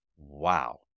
Wow